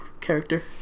character